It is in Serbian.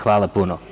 Hvala puno.